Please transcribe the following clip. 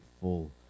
Full